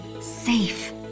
safe